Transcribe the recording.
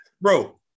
Bro